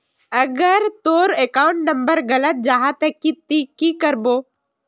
अगर तोर account number गलत जाहा ते की करबो?